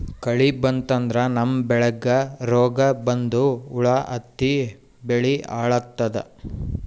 ಕಳಿ ಬಂತಂದ್ರ ನಮ್ಮ್ ಬೆಳಿಗ್ ರೋಗ್ ಬಂದು ಹುಳಾ ಹತ್ತಿ ಬೆಳಿ ಹಾಳಾತದ್